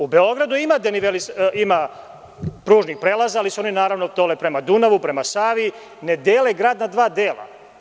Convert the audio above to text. U Beogradu ima pružnih prelaza, ali su oni dole prema Dunavu, prema Savi, ne dele grad na dva dela.